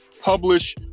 publish